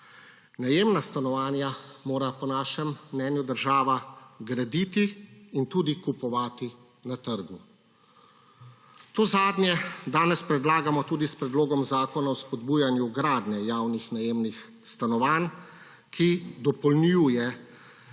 Najemna stanovanja mora po našem mnenju država graditi in tudi kupovati na trgu. To zadnje danes predlagamo tudi s Predlogom zakona o spodbujanju gradnje javnih najemnih stanovanj, ki dopolnjuje